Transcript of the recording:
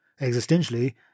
existentially